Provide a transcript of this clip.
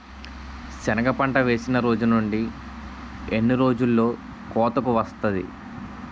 సెనగ పంట వేసిన రోజు నుండి ఎన్ని రోజుల్లో కోతకు వస్తాది?